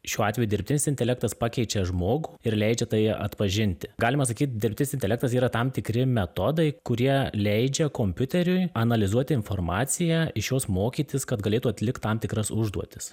šiuo atveju dirbtinis intelektas pakeičia žmogų ir leidžia tai atpažinti galima sakyt dirbtinis intelektas yra tam tikri metodai kurie leidžia kompiuteriui analizuoti informaciją iš jos mokytis kad galėtų atlikt tam tikras užduotis